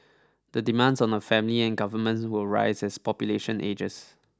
the demands on a family and governments will rise as population ages